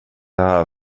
här